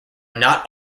not